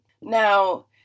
now